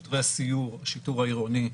שוטרי הסיור, השיטור העירוני,